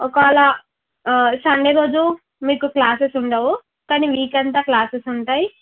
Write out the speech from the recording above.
ఒకవేళ సండే రోజు మీకు క్లాసెస్ ఉండవు కానీ వీక్ అంతా క్లాసెస్ ఉంటాయి